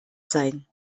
sein